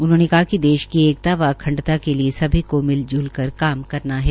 उन्होंने कहा कि देश की एकता व अखंडता के लिये सभी को मिलज्लकर काम करना है